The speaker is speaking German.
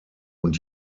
und